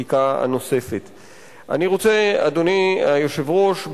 תודה רבה, אדוני היושב-ראש.